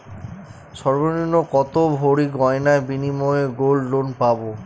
সর্বনিম্ন কত ভরি গয়নার বিনিময়ে গোল্ড লোন পাব?